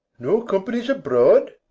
no company's abroad.